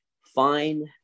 fine